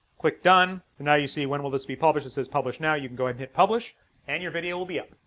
click done and now you see when will this be published? it says publish now. you can go and hit publish and your video will be up.